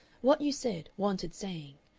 what you said wanted saying.